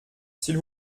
s’il